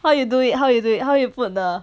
how you do it how you do it how you put the